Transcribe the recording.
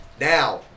Now